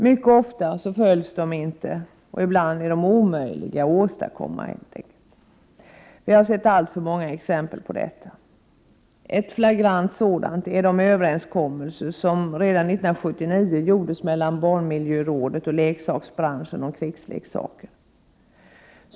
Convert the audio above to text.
Mycket ofta följs de inte, och ibland är de omöjliga att åstadkomma. Tyvärr har vi sett alltför många exempel på detta. Ett flagrant exempel är de överenskommelser som 1979 träffades mellan barnmiljörådet och leksaksbranschen om krigsleksaker.